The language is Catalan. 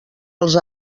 els